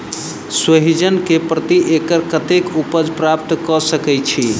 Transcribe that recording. सोहिजन केँ प्रति एकड़ कतेक उपज प्राप्त कऽ सकै छी?